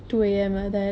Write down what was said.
oh